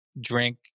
drink